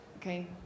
Okay